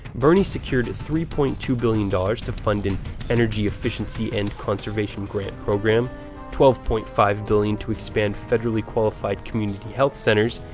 bernie secured three point two billion dollars to fund an energy efficiency and conservation grant program twelve point five billion dollars to expand federally qualified community health centers,